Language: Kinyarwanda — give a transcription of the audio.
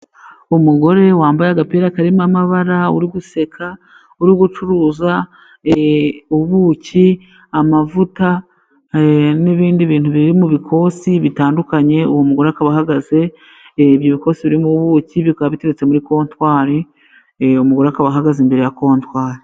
Umugore wambaye agapira karimo amabara uri guseka uri gucuruza ubuki, amavuta, n'ibindi bintu biri mu bikombe bitandukanye, uwo mugore akaba ahagaze ibyo bikombe birimo ubuki bikaba biteretse muri kontwari, umugore akaba ahagaze imbere ya kontwari.